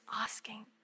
asking